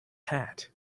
hat